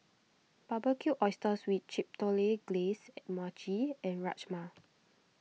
Barbecued Oysters with Chipotle Glaze Mochi and Rajma